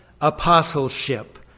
apostleship